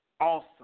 awesome